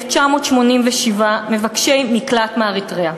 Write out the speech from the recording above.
35,987 מבקשי מקלט מאריתריאה,